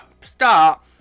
start